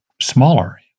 smaller